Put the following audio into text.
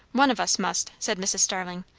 one of us must, said mrs. starling.